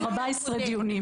התקיימו 14 דיונים.